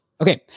Okay